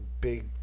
big